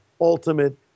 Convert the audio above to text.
ultimate